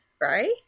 right